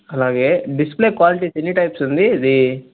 అలాగే display qualities ఎన్ని types ఉంది ఇది